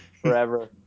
forever